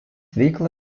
veiklą